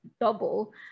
double